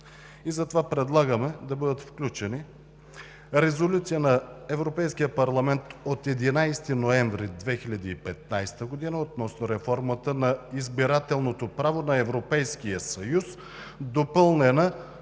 Затова предлагаме да бъдат включени Резолюция на Европейския парламент от 11 ноември 2015 г. относно реформата на избирателното право на Европейския съюз, допълнена